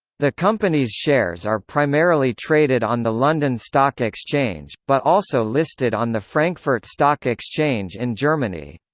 the company's shares are primarily traded on the london stock exchange, but also listed on the frankfurt stock exchange in germany.